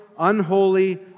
unholy